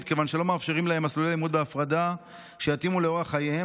כיוון שלא מאפשרים להם מסלולי לימוד בהפרדה שיתאימו לאורח חיים,